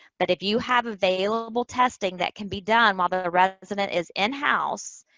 but if you have available testing that can be done while the resident is in house,